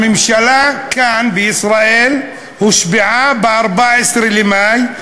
הממשלה כאן בישראל הושבעה ב-14 במאי,